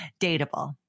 Dateable